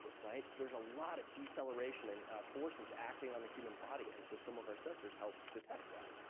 right? so there's a lot of deceleration and forces acting on the human body. and so, some of our sensors help detect that.